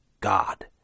god